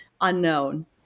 unknown